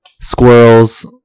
squirrels